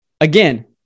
Again